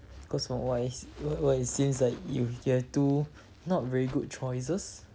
cause from what I se what it seems like you have two not very good choices